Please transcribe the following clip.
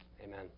Amen